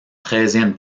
treizième